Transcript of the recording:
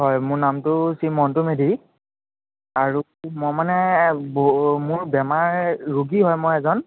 হয় মোৰ নামটো শ্ৰী মণ্টু মেধি আৰু মই মানে মোৰ বেমাৰ ৰোগী হয় মই এজন